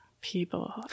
people